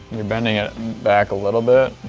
you're bending it back a little bit.